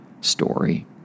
story